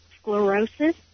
sclerosis